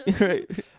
right